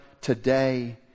today